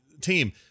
team